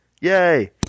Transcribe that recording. Yay